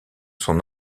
son